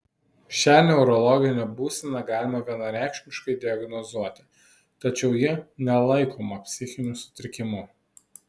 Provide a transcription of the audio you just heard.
šią neurologinę būseną galima vienareikšmiškai diagnozuoti tačiau ji nelaikoma psichiniu sutrikimu